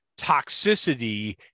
toxicity